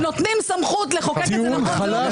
אנחנו נותנים סמכות לחוקק את זה נכון, וזה